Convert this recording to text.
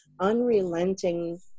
unrelenting